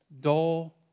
dull